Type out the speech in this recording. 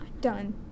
done